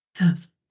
Yes